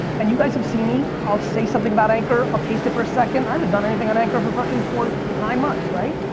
and you guys have seen me. i'll say something about anchor i'll taste it for a second. i haven't done anything on anchor for fucking nine months, right.